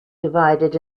divided